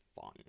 fun